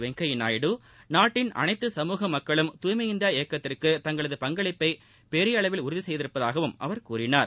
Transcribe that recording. வெங்கையா நாயுடு நாட்டின் அனைத்து சமூக மக்களும் தூய்மை இந்தியா இயக்கத்திற்கு தங்களது பங்களிப்பை பெரிய அளவில் உறுதி செய்திருப்பதாகவும் அவர் கூறினார்